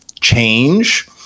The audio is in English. change